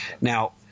Now